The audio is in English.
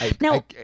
Now